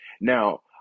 now